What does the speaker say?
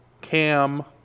CAM